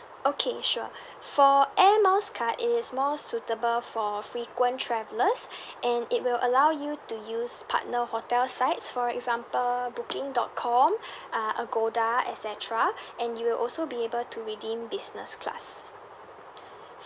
okay sure for air miles card is more suitable for frequent travellers and it will allow you to use partner hotel sites for example booking dot com uh agoda et cetera and you'll also be able to redeem business class